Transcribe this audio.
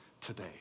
today